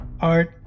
Art